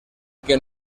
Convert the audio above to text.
que